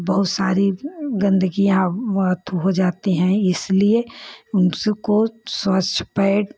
बहुत सारी गंदगियाँ अथु हो जाती है इसलिए उनको स्वच्छ पैड